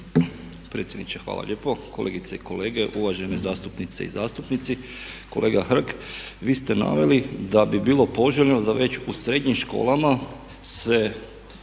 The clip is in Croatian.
hvala lijepo.